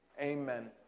Amen